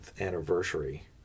anniversary